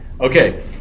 Okay